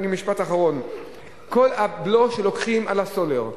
כל הבלו שלוקחים על הסולר,